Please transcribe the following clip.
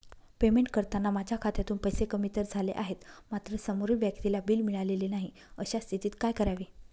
Payment करताना माझ्या खात्यातून पैसे कमी तर झाले आहेत मात्र समोरील व्यक्तीला बिल मिळालेले नाही, अशा स्थितीत काय करावे?